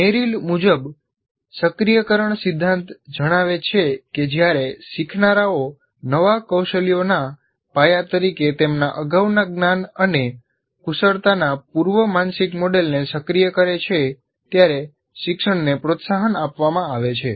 Merrill મુજબ સક્રિયકરણ સિદ્ધાંત જણાવે છે કે જ્યારે શીખનારાઓ નવા કૌશલ્યોના પાયા તરીકે તેમના અગાઉના જ્ઞાન અને કુશળતાના પૂર્વ માનસિક મોડેલને સક્રિય કરે છે ત્યારે શિક્ષણને પ્રોત્સાહન આપવામાં આવે છે